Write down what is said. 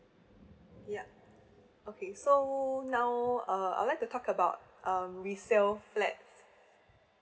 yeah okay so now uh I would like to talk about um resale flat